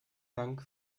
dank